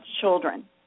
children